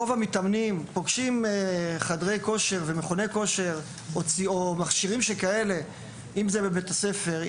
רוב המתאמנים פוגשים חדרי כושר ומכוני כושר או מכשירים כאלה בבתי הספר,